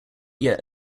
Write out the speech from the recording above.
yet